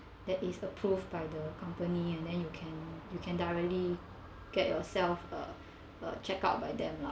that is approved by the company and then you can you can directly get yourself uh uh checked out by them lah